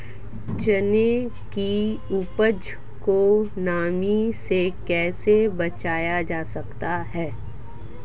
चने की उपज को नमी से कैसे बचाया जा सकता है?